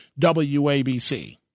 WABC